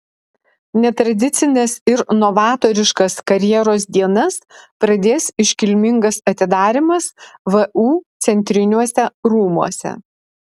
netradicines ir novatoriškas karjeros dienas pradės iškilmingas atidarymas vu centriniuose rūmuose